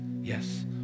Yes